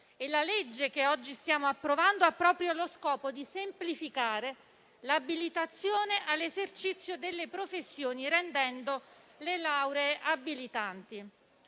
e la legge che oggi stiamo approvando ha proprio lo scopo di semplificare l'abilitazione all'esercizio delle professioni rendendo le lauree abilitanti.